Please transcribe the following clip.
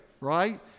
right